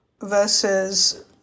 versus